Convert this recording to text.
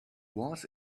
was